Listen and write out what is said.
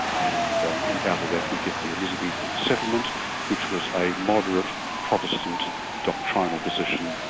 and out of that we get the elizabethan settlement which was a moderate protestant doctrinal position,